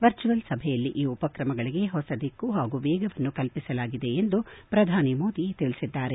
virtual ಸಭೆಯಲ್ಲಿ ಈ ಉಪ್ರಕ್ರಮಗಳಿಗೆ ಹೊಸ ದಿಕ್ಕು ಹಾಗೂ ವೇಗವನ್ನು ಕಲ್ಪಿಸಲಾಗಿದೆ ಎಂದು ಪ್ರಧಾನಿ ಮೋದಿ ತಿಳಿಸಿದ್ದಾರೆ